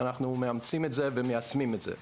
אנחנו מאמצים את זה ומיישמים את זה.